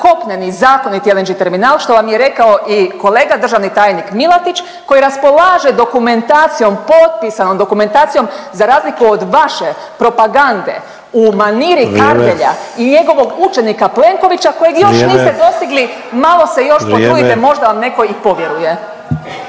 kopneni zakoniti LNG-e terminal što vam je rekao i kolega državni tajnik Milatić koji raspolaže dokumentacijom, potpisanom dokumentacijom za razliku od vaše propagande u maniri Kardelja i njegovog učenika Plenkovića kojeg još niste dostigli. Malo se još potrudite, možda vam netko i povjeruje.